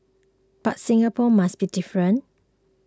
but Singapore must be different